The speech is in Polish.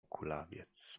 kulawiec